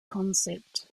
concept